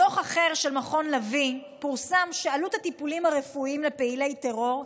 בדוח אחר של מכון לביא פורסם שעלות הטיפולים הרפואיים לפעילי טרור,